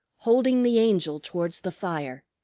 holding the angel towards the fire.